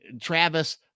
Travis